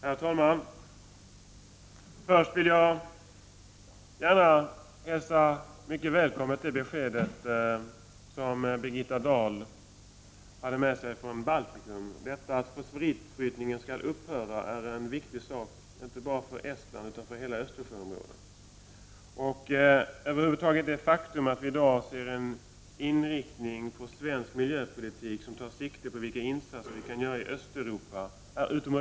Herr talman! Först vill jag gärna som mycket välkommet hälsa beskedet som Birgitta Dahl haft med sig från Baltikum att fosforitbrytningen skall upphöra. Det är en viktig sak, inte bara för Estland, utan för hela Östersjöområdet. Det är också utomordentligt bra att svensk miljöpolitik tar sikte på vilka insatser som kan göras i Östeuropa.